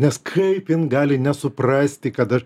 nes kaip jin gali nesuprasti kad aš